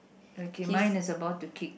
okay mine is about to kick